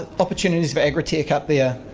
ah opportunities of agritech up there,